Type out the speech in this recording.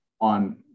on